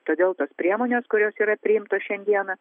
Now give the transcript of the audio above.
todėl tos priemonės kurios yra priimtos šiandieną